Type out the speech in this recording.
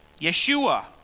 Yeshua